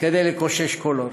כדי לקושש קולות.